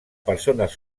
persones